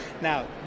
now